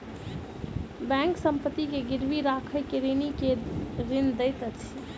bank संपत्ति के गिरवी राइख के ऋणी के ऋण दैत अछि